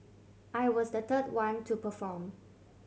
I was the third one to perform